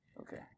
Okay